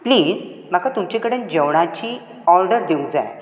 please म्हाका तुमचे कडेन जेवणाची ऑर्डर दिवंक जाय